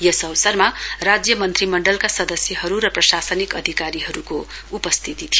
यस अवसरमा राज्य मन्त्रीमण्डलका सदस्यहरु र प्रशासनिक अधिकारीहरुको उपस्थिती थियो